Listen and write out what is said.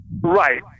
Right